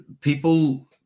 people